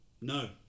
No